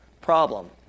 problem